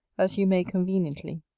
as you may conveniently,